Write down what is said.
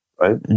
right